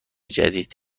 جدید